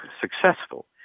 successful